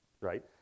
Right